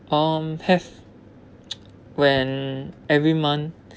um have when every month